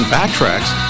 Backtracks